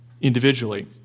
individually